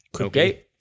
Okay